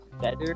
better